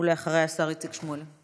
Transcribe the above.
ואחריה, השר איציק שמולי.